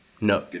no